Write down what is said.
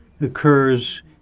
occurs